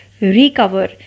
recover